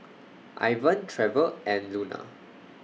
Ivan Trever and Luna